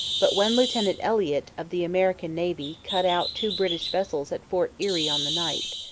but when lieutenant elliott, of the american navy, cut out two british vessels at fort erie on the ninth,